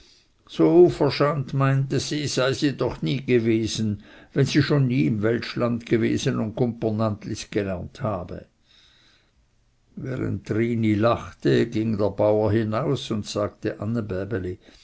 so uverschant meinte sie sei sie doch nie gewesen wenn sie schon nie im welschland gewesen und gumpernantlis gelernt habe während trini lachte ging der bauer hinaus und sagte